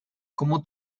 como